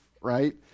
right